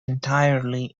entirely